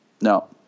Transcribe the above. No